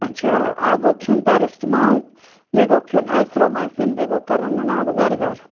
اچھا اتھ گوٚو کھیٚون پیرسٹمال بیٚیہِ گوٚو کھیٚون ازتھرومایسیٖن بیٚیہِ گوٚو کَرُن نُن آبہ گَر گَر